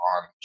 on